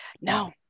No